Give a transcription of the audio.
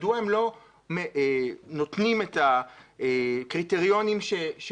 מדוע הם לא נותנים את הקריטריונים שכל